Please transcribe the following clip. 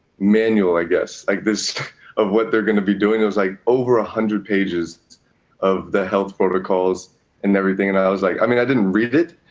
manual, i guess, like, this of what they're going to be doing. it was like over a hundred pages of the health protocols and everything. and i i was like i mean, i didn't read it,